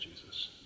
Jesus